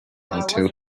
until